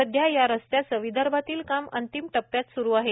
सध्या या रस्त्याचे विदर्भातील काम अंतिम टप्यात सुरू आहे